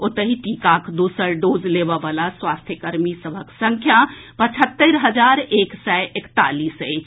ओतहि टीकाक दोसर डोज लेबऽवला स्वास्थ्य कर्मी सभक संख्या पचहत्तरि हजार एक सय एकतालीस अछि